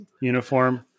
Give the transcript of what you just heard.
uniform